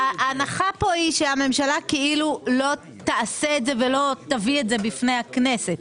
ההנחה פה היא שהממשלה לא תעשה את זה ולא תביא את זה בפני הכנסת.